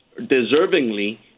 deservingly